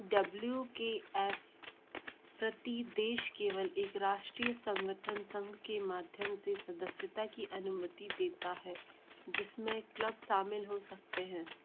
W K F प्रति देश केवल एक राष्ट्रीय संगठन संघ के माध्यम से सदस्यता की अनुमती देता है जिसमें क्लब शामिल हो सकते हैं